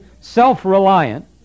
self-reliant